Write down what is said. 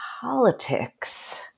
politics